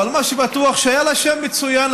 אבל מה שבטוח שהיה לה שם מצוין,